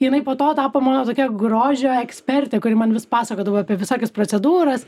jinai po to tapo mano tokia grožio ekspertė kuri man vis pasakodavo apie visokias procedūras